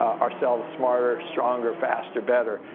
ourselves smarter, stronger, faster, better.